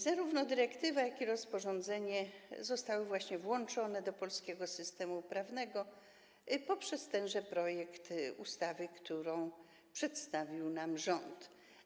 Zarówno dyrektywa jak i rozporządzenie zostały właśnie włączone do polskiego systemu prawnego poprzez tenże projekt ustawy, który przedstawił nam rząd.